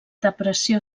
depressió